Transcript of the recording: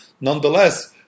nonetheless